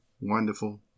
wonderful